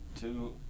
Two